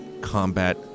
Combat